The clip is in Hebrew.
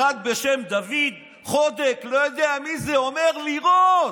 אחד בשם דוד חודק, לא יודע מי זה, אומר: לירות,